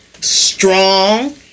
strong